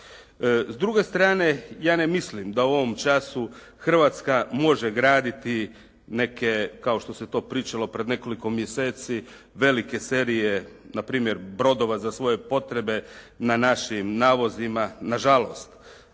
S druge strane ja ne mislim da u ovom času Hrvatska može graditi neke kao što se to pričalo pred nekoliko mjeseci, velike serije npr. brodova za svoje potrebe na našim navozima, na žalost,